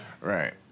Right